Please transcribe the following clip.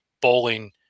bowling